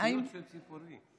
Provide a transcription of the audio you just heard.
וציוץ של ציפורים.